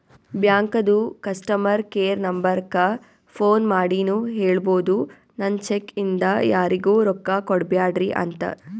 ಬ್ಯಾಂಕದು customer care ನಂಬರಕ್ಕ phone ಮಾಡಿನೂ ಹೇಳ್ಬೋದು, ನನ್ ಚೆಕ್ ಇಂದ ಯಾರಿಗೂ ರೊಕ್ಕಾ ಕೊಡ್ಬ್ಯಾಡ್ರಿ ಅಂತ